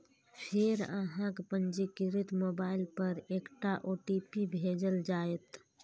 फेर अहांक पंजीकृत मोबाइल पर एकटा ओ.टी.पी भेजल जाएत